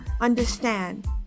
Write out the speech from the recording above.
understand